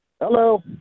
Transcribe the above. Hello